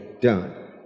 done